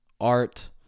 art